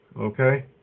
Okay